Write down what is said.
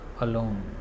alone